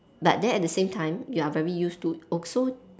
but then at the same time you are very used to also